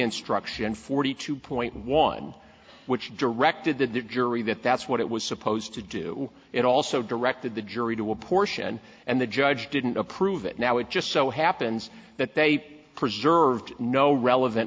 instruction forty two point one which directed the jury that that's what it was supposed to do it also directed the jury to a portion and the judge didn't approve it now it just so happens that they preserved no relevant